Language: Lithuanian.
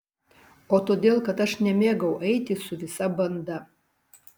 o todėl kad aš nemėgau eiti su visa banda